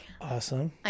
awesome